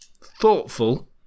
Thoughtful